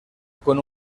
con